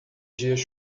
dias